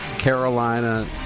Carolina